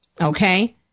okay